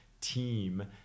team